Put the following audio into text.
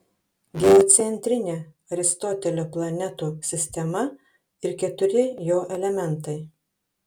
geocentrinė aristotelio planetų sistema ir keturi jo elementai